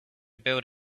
build